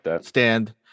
stand